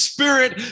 Spirit